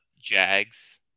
Jags